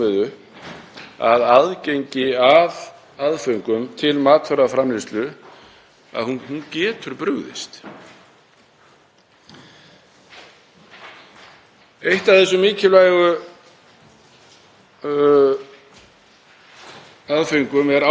Eitt af þessum mikilvægu aðföngum er áburður. Hann er gríðarlega mikilvægur t.d. til kornframleiðslu og til að hámarka framleiðsluna. Áburðarframleiðsla er orkufrek